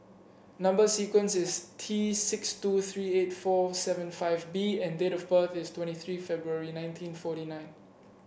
number sequence is T six two three eight four seven five B and date of birth is twenty three February nineteen forty nine